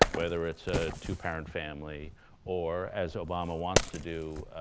whether it's a two-parent family or, as obama wants to do,